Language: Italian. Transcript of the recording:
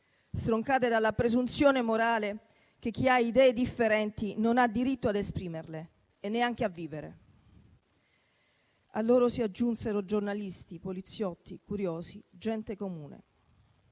stroncate dalla presunzione morale che chi ha idee differenti non ha diritto ad esprimerle e neanche a vivere. A loro si aggiunsero giornalisti, poliziotti, curiosi, gente comune.